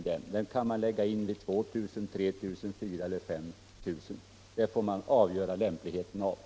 Det kan läggas in vid 2000, 3 000, 4 000 eller 5 000 —- man får avgöra vad som är lämpligt.